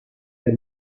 der